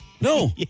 No